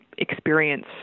experience